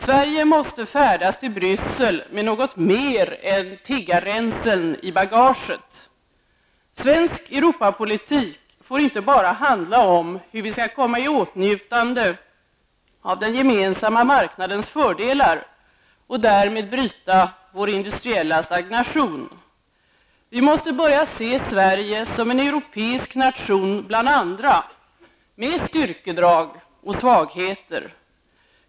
Sverige måste färdas till Bryssel med något mer än tiggarränseln i bagaget. Svensk Europapolitik får inte bara handla om hur vi skall komma i åtnjutande av den gemensamma marknadens fördelar och därmed bryta vår industriella stagnation. Vi måste börja se Sverige som en europeisk nation bland andra med styrkedrag och svagheter.